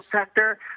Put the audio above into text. sector